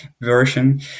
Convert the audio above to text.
version